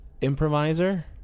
improviser